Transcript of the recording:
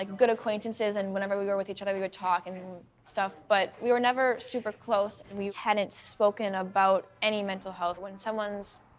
like good acquaintances, and whenever we were with each other we would talk and and stuff, but we were never super close, and we hadn't spoken about any mental health. when someone's